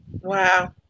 Wow